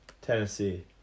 Tennessee